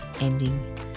ending